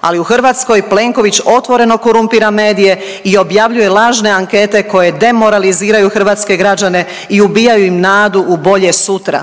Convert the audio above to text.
ali u Hrvatskoj Plenković otvoreno korumpira medije i objavljuje lažne ankete koje demoraliziraju hrvatske građane i ubijaju im nadu u bolje sutra.